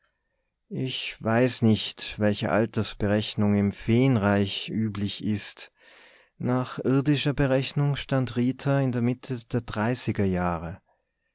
ich weiß nicht welche altersberechnung im feenreich üblich ist nach irdischer berechnung stand rita in der mitte der dreißiger jahre